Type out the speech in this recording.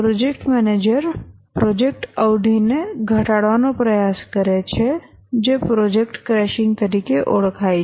project manager project અવધિને ઘટાડવાનો પ્રયાસ કરે છે જે પ્રોજેક્ટ ક્રેશિંગ તરીકે ઓળખાય છે